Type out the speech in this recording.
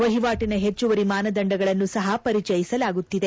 ವಹಿವಾಟಿನ ಪಚ್ಚುವರಿ ಮಾನದಂಡಗಳನ್ನು ಸಹ ಪರಿಚಯಿಸಲಾಗುತ್ತಿದೆ